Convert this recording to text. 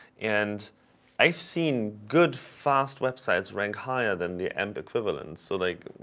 and i've seen good fast web sites rank higher than the end equivalent. so like,